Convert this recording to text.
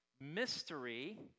mystery